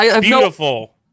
Beautiful